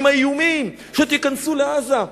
אם האיומים שתיכנסו לעזה,